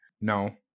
No